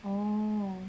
oh